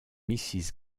mrs